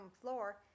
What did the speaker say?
floor